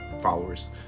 followers